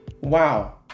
Wow